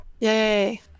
Yay